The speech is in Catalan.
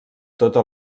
tota